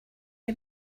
you